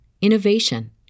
innovation